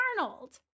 Arnold